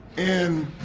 and.